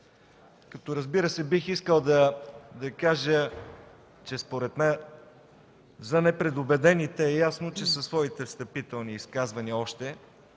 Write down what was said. Данов. Разбира се, бих искал да кажа, че според мен за непредубедените е ясно, че още със своите встъпителни изказвания